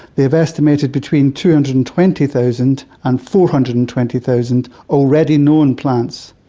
they have estimated between two hundred and twenty thousand and four hundred and twenty thousand already known plants.